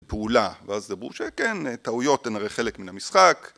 פעולה, ואז דברו. ש... כן, טעויות הן הרי חלק מן המשחק...